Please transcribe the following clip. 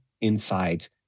inside